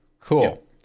Cool